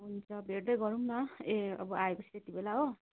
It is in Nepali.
हुन्छ भेट्दै गरौँ न ए अब आए पछि त्यति बेला हो